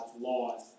laws